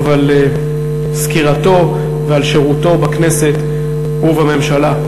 על סקירתו ועל שירותו בכנסת ובממשלה.